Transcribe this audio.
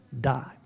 die